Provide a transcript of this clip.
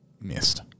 missed